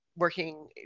working